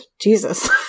jesus